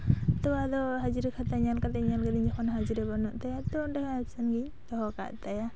ᱛᱚ ᱟᱫᱚ ᱦᱟᱡᱨᱤ ᱠᱷᱟᱛᱟ ᱧᱮᱞ ᱠᱤᱫᱟᱹᱧ ᱡᱚᱠᱷᱚᱱ ᱦᱟᱹᱡᱨᱤ ᱵᱟᱹᱱᱩᱜ ᱛᱟᱭᱟ ᱚᱸᱰᱮ ᱦᱚᱸ ᱮᱵᱥᱮᱱᱴ ᱜᱤᱧ ᱫᱚᱦᱚ ᱠᱟᱜ ᱛᱟᱭᱟ